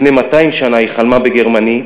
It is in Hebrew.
לפני 200 שנה היא חלמה בגרמנית,